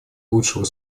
лучшего